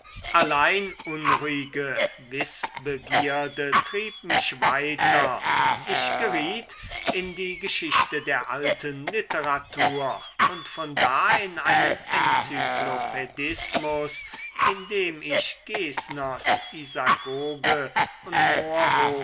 allein unruhige wißbegierde trieb mich weiter ich geriet in die geschichte der alten literatur und von da in einen enzyklopädismus indem ich gesners isagoge und